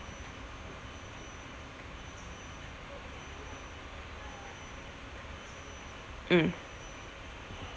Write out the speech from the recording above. mm